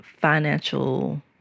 financial